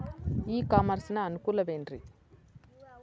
E commerce ನ ಅನುಕೂಲವೇನ್ರೇ?